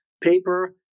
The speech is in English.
paper